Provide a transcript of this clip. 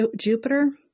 Jupiter